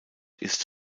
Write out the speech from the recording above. ist